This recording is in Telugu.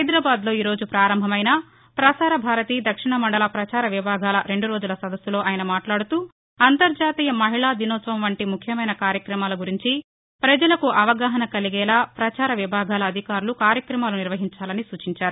హైదరాబాద్లో ఈ రోజు ప్రారంభమైన ప్రసార భారతి దక్షిణ మండల ప్రచార విభాగాల రెండు రోజుల సదస్నులో ఆయన మాట్లాడుతూ అంతర్దాతీయ మహిళా దినోత్సవం వంటి ముఖ్యమైన కార్యక్రమాల గురించి ప్రజలకు అవగాహన కలిగేలా ప్రచార విభాగాల అధికారులు కార్యక్రమాలు నిర్వహించాలని సూచించారు